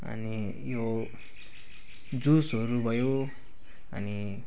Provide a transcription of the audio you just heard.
अनि यो जुसहरू भयो अनि